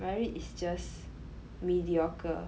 merit is just mediocre